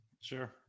Sure